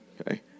okay